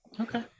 Okay